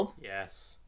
yes